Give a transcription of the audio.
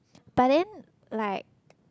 but then like